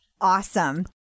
Awesome